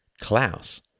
Klaus